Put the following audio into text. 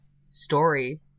story